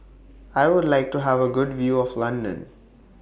I Would like to Have A Good View of London